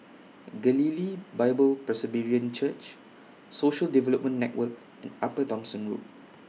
Galilee Bible Church Social Development Network and Upper Thomson Road